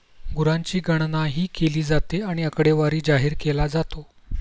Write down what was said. गुरांची गणनाही केली जाते आणि आकडेवारी जाहीर केला जातो